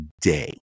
day